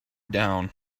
down